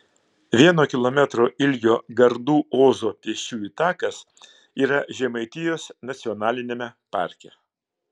vieno kilometro ilgio gardų ozo pėsčiųjų takas yra žemaitijos nacionaliniame parke